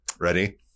Ready